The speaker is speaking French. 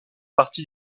partie